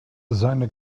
seine